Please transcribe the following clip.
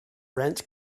rent